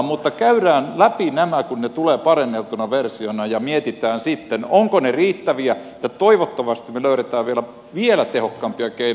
mutta käydään läpi nämä kun ne tulevat paranneltuna versiona ja mietitään sitten ovatko ne riittäviä ja toivottavasti me löydämme vielä tehokkaampia keinoja heti helmikuussa